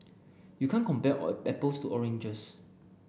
you can't compare apples to oranges